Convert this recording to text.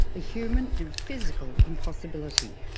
a human and physical impossibility.